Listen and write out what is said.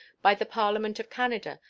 by the parliament of canada,